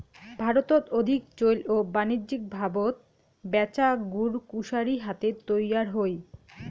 ভারতত অধিক চৈল ও বাণিজ্যিকভাবত ব্যাচা গুড় কুশারি হাতে তৈয়ার হই